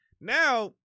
now